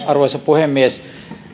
arvoisa puhemies